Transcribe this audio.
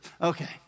Okay